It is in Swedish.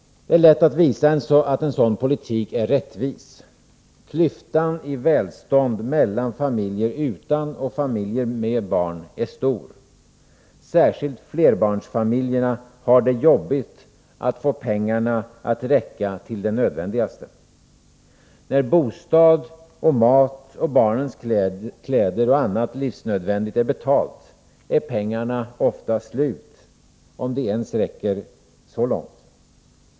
Det är lätt att visa att en sådan politik är rättvis. Klyftan i välstånd mellan | familjer utan och familjer med barn är stor. Särskilt flerbarnsfamiljerna har det jobbigt att få pengarna att räcka till det nödvändigaste. När bostad och mat och barnens kläder och annat livsnödvändigt är betalt, är pengarna ofta slut — om de ens räcker så långt.